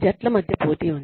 జట్ల మధ్య పోటీ ఉంది